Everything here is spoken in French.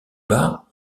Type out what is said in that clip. bas